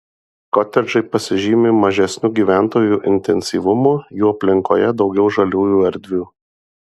kotedžai pasižymi mažesniu gyventojų intensyvumu jų aplinkoje daugiau žaliųjų erdvių